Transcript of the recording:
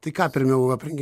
tai ką pirmiau aprangia